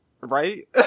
Right